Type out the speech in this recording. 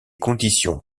conditions